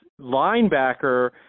linebacker